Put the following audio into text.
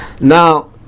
Now